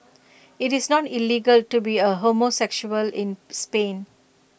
IT is not illegal to be A homosexual in Spain